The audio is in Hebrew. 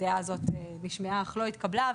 הדעה הזו נשמעה אך לא התקבלה,